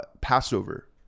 passover